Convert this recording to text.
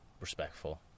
respectful